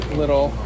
little